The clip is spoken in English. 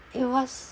it was